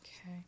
Okay